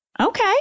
Okay